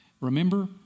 Remember